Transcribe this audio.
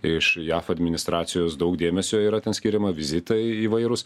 iš jav administracijos daug dėmesio yra ten skiriama vizitai įvairūs